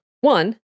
one